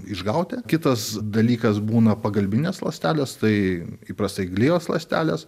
išgauti kitas dalykas būna pagalbinės ląstelės tai įprastai glijos ląstelės